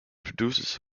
produces